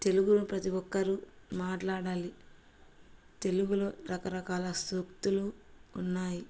తెలుగును ప్రతి ఒక్కరూ మాట్లాడాలి తెలుగులో రకరకాల సూక్తులు ఉన్నాయి